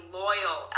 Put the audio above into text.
loyal